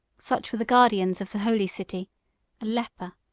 such were the guardians of the holy city a leper,